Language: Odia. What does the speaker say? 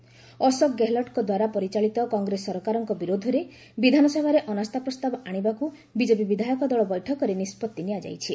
ବିଜେପି ପକ୍ଷରୁ ଅଶୋକ ଗେହଲଟଙ୍କ ଦ୍ୱାରା ପରିଚାଳିତ କଂଗ୍ରେସ ସରକାରଙ୍କ ବିରୁଦ୍ଧରେ ବିଧାନସଭାରେ ଅନାସ୍ଥା ପ୍ରସ୍ତାବ ଆଶିବାକୁ ବିଜେପି ବିଧାୟକ ବୈଠକରେ ନିଷ୍ପଭି ନିଆଯାଇଛି